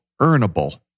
Earnable